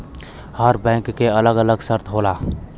हर bank के अलग अलग शर्त होला